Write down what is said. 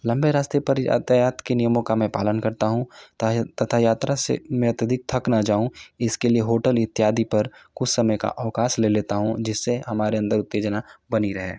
लम्बे रास्ते पर यातायत के नियमों का मैं पालन करता हूँ तथा यात्रा से में अतधिक थक ना जाऊँ इसके लिए होटल इत्यादि पर कुछ समय का अवकाश ले लेता हूँ जिस से हमारे अंदर उत्तेजना बनी रहे